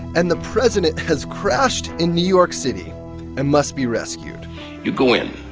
and the president has crashed in new york city and must be rescued you go in,